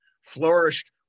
flourished